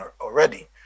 already